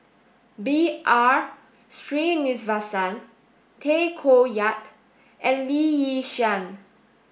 B R Sreenivasan Tay Koh Yat and Lee Yi Shyan